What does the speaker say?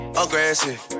aggressive